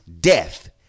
death